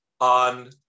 on